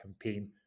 campaign